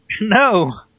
No